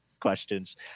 questions